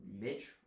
Mitch